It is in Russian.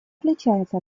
отличается